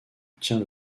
obtient